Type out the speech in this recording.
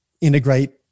integrate